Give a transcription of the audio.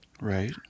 Right